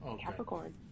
capricorn